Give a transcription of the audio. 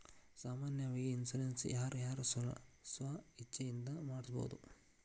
ಸಾಮಾನ್ಯಾವಾಗಿ ಇನ್ಸುರೆನ್ಸ್ ನ ಯಾರ್ ಯಾರ್ ಸ್ವ ಇಛ್ಛೆಇಂದಾ ಮಾಡ್ಸಬೊದು?